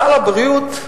סל הבריאות,